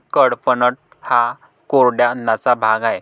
कडपह्नट हा कोरड्या अन्नाचा भाग आहे